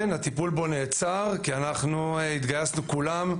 כן, הטיפול בו נעצר, כי אנחנו התגייסנו כולם,